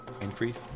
increase